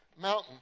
mountain